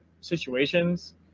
situations